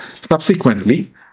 Subsequently